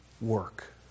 work